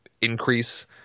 increase